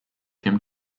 him